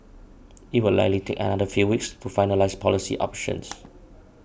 it will likely take another few weeks to finalise policy options